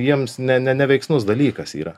jiems ne ne neveiksnus dalykas yra